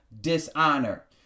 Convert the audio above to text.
dishonor